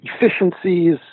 efficiencies